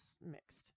mixed